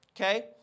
Okay